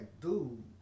dude